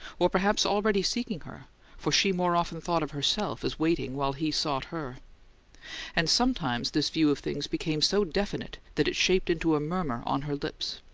or perhaps already seeking her for she more often thought of herself as waiting while he sought her and sometimes this view of things became so definite that it shaped into a murmur on her lips.